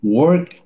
work